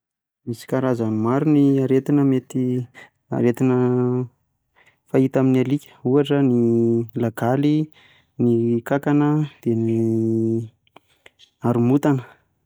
Misy karazany maro ny aretina mety aretina fahita amin'ny alika ohatra ny lagaly, ny kankana, dia ny haromontana.